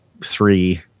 three